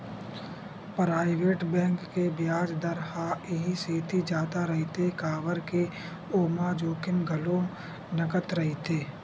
private bank के बियाज दर ह इहि सेती जादा रहिथे काबर के ओमा जोखिम घलो नँगत रहिथे